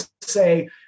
say